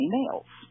males